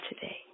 today